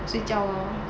睡觉 lor